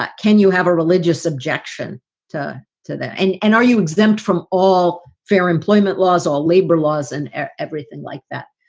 can you have a religious objection to to that? and and are you exempt from all fair employment laws, all labor laws and everything like that?